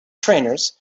trainers